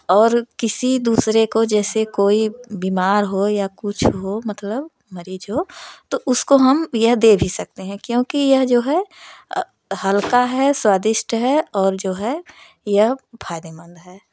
और किसी दूसरे को जैसे कोई बीमार हो या कुछ हो मतलब मरीज हो तो उसको हम यह दे भी सकते हैं क्योंकि यह जो है हल्का है स्वादिष्ट है और जो है यह फायदेमंद है